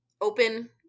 open